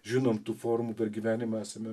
žinom tų formų per gyvenimą esame